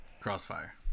crossfire